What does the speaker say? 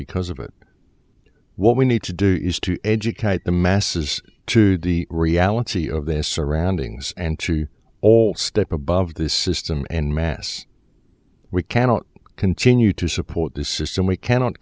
because of it what we need to do is to educate the masses to the reality of their surroundings and to all step above this system and mass we cannot continue to support this system we cannot